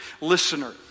listener